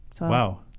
Wow